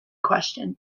question